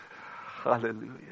hallelujah